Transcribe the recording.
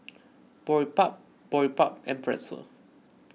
Boribap Boribap and Pretzel